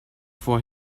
for